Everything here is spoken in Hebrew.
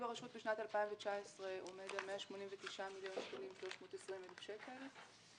הרשות בשנת 2019 עומד על 189,320,000 שקלים.